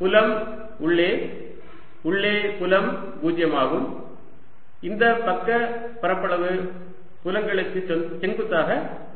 புலம் உள்ளே உள்ளே புலம் 0 ஆகும் இந்த பக்க பரப்பளவு புலங்களுக்கு செங்குத்தாக உள்ளது